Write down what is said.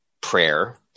prayer